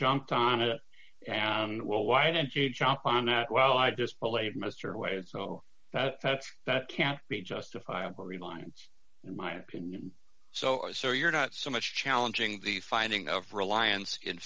jumped on it and well why did she jump on that well i just believe mr wade so that's that can be justifiable reliance in my opinion so so you're not so much challenging the finding of reliance in